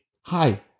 hi